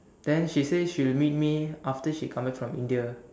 then she say she will meet me after she come back from India